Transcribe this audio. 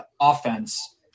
offense